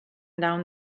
down